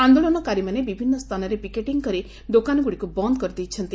ଆନ୍ଦୋଳନକାରୀମାନେ ବିଭିନୁ ସ୍ତାନରେ ପିକେଟିଂ କରି ଦୋକାନଗୁଡ଼ିକୁ ବନ୍ଦ କରିଛନ୍ତି